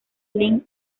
ling